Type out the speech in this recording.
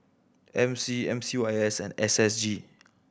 M C M C Y S and S S G